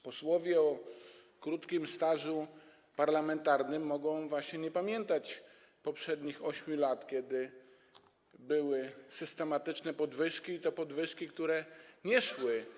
Posłowie z krótkim stażem parlamentarnym mogą nie pamiętać poprzednich 8 lat, kiedy były systematyczne podwyżki, i to podwyżki, które nie szły.